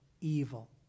evil